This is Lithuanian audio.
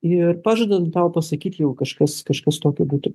ir pažadu tau pasakyt jeigu kažkas kažkas tokio būtų